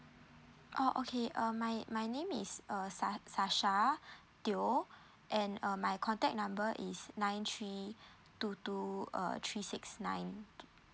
oh okay um my my name is err sa~ sasha teoh and um my contact number is nine three two two uh three six nine